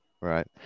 right